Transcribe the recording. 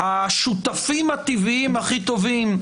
השותפים הטבעיים הכי טובים,